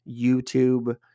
YouTube